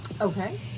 Okay